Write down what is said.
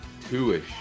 Two-ish